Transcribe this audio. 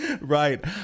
Right